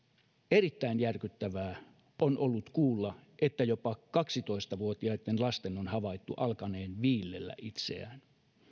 erittäin järkyttävää on ollut kuulla että jopa kaksitoista vuotiaitten lasten on havaittu alkaneen viillellä itseään